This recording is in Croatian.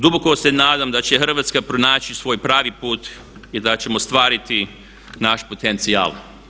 Duboko se nadam da će Hrvatska pronaći svoj pravi put i da ćemo ostvariti naš potencijal.